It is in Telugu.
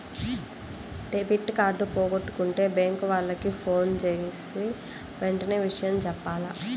డెబిట్ కార్డు పోగొట్టుకుంటే బ్యేంకు వాళ్లకి ఫోన్జేసి వెంటనే విషయం జెప్పాల